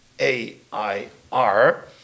a-i-r